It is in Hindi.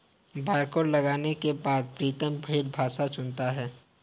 बारकोड को लगाने के बाद प्रीतम फिर भाषा चुनता है